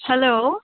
hello